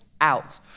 out